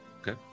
Okay